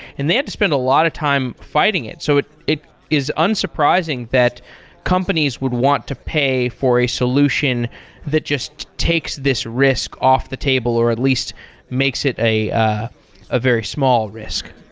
and they had to spent a lot of time fighting it. so it it is unsurprising that companies would want to pay for a solution that just takes this risk off the table or at least makes it a a a very small risk.